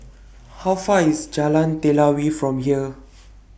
How Far IS Jalan Telawi from here